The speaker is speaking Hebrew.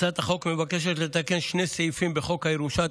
הצעת החוק מבקשת לתקן שני סעיפים בחוק הירושה,